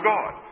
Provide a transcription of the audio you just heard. God